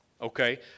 Okay